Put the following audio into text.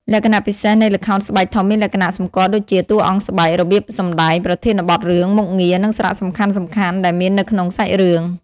លក្ខណៈពិសេសនៃល្ខោនស្បែកធំមានលក្ខណៈសម្គាល់ដូចជា តួអង្គស្បែក របៀបសម្ដែង ប្រធានបទរឿង មុខងារ និងសារៈសំខាន់ៗដែលមាននៅក្នុងសាច់រឿង ។